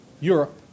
Europe